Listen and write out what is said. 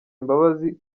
imbabazi